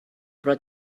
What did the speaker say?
però